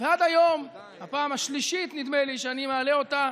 ועד היום, הפעם השלישית, נדמה לי, שאני מעלה אותה